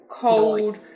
cold